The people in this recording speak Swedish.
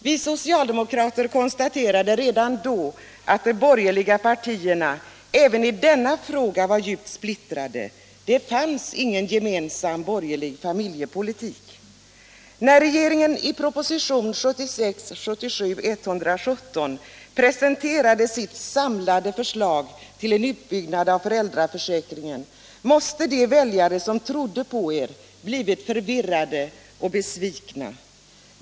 Vi socialdemokrater konstaterade redan då att de borgerliga partierna även i denna fråga var djupt splittrade. Det fanns ingen gemensam borgerlig familjepolitik. När regeringen i proposition 1976/77:117 presenterade sitt samlade förslag till en utbyggnad av föräldraförsäkringen måste de väljare som trodde på er ha blivit förvirrade och besvikna.